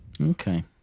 Okay